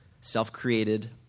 self-created